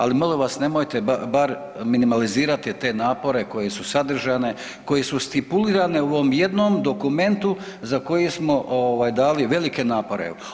Ali molim vas nemojte bar minimalizirati te napore koje su sadržajne, koje su stipulirane u ovom jednom dokumentu za koji smo ovaj dali velike napore.